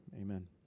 amen